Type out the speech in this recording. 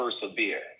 persevere